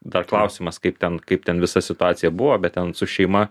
dar klausimas kaip ten kaip ten visa situacija buvo bet ten su šeima